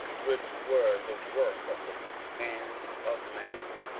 which were the work of the hands of man.